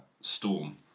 storm